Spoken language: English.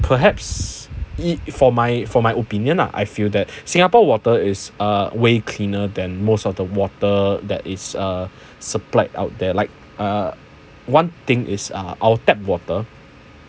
perhaps it for my for my opinion lah I feel that singapore water is uh way cleaner than most of the water that is uh supplied out there like uh one thing is uh our tap water